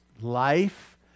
life